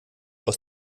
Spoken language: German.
aus